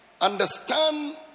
understand